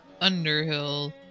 Underhill